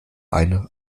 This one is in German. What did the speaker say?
eine